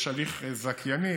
יש הליך זכייני.